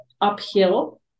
uphill